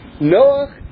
Noah